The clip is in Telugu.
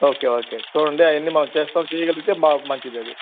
ఓకే ఓకే చూడండి అవన్ని మనం చేస్తాం చేయగలిగితే మాకు మంచిది అది